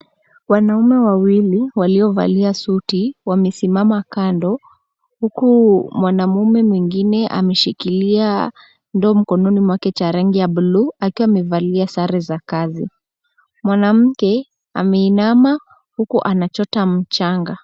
Wanaume wawili waliovalia suti wamesimama kando uku mwanaume mwingine ameshikilia ndoo mkononi mwake cha rangi ya buluu akiwa amevalia sare za kazi. Mwanamke ameinama uku anachota mchanga.